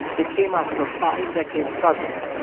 it came after a five-decade struggle,